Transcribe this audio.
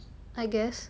I guess